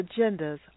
agendas